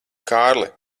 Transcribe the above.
kārli